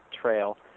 trail